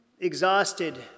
exhausted